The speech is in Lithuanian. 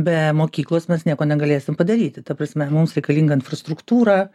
be mokyklos mes nieko negalėsim padaryti ta prasme mums reikalinga infrastruktūra